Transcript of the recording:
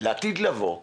לעתיד לבוא להכניס.